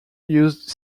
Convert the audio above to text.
used